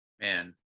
Man